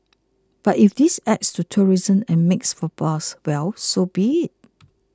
but if this adds to tourism and makes for buzz well so be it